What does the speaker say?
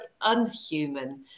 unhuman